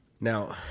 Now